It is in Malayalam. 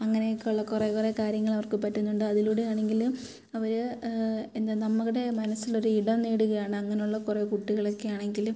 അങ്ങനെയൊക്കെ ഉള്ള കുറേ കുറേ കാര്യങ്ങൾ അവർക്ക് പറ്റുന്നുണ്ട് അതിലൂടെയാണെങ്കിൽ അവർ എന്താണ് നമ്മുടെ മനസ്സിൽ ഒരിടം നേടുകയാണ് അങ്ങനെയുള്ള കുറേ കുട്ടികളൊക്കെ ആണെങ്കിൽ